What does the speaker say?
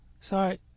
Sorry